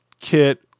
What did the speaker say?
kit